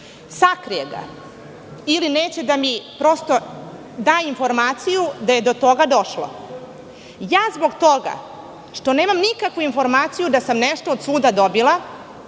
sakrije ga ili neće da mi, prosto, da informaciju da je do toga došlo. Ja, zbog toga što nemam nikakvu informaciju da sam nešto od suda dobila,